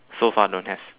so far don't have